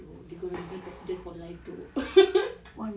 dok dia gonna be president for life dok